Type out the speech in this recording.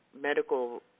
medical